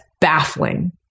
baffling